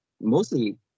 mostly